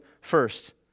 first